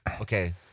Okay